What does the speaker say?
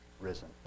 risen